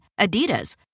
Adidas